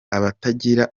abatagira